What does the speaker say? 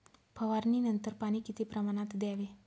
फवारणीनंतर पाणी किती प्रमाणात द्यावे?